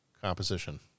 composition